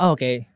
Okay